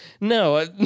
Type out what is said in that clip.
No